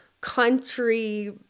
country